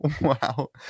Wow